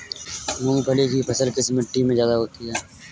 मूंगफली की फसल किस मिट्टी में ज्यादा होगी?